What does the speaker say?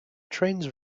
trains